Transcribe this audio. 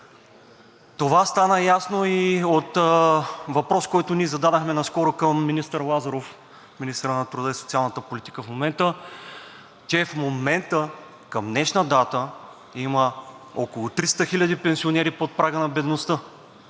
Това стана ясно и от въпрос, който ние зададохме наскоро към министър Лазаров – министъра на труда и социалната политика в момента, че в момента – към днешна дата, има около 300 хиляди пенсионери под прага на бедността